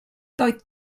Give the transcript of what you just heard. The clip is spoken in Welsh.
doedd